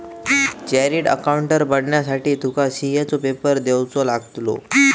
chartered accountant बनुसाठी तुका CA चो पेपर देवचो लागतलो